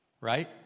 Right